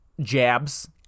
jabs